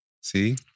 See